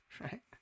Right